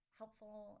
helpful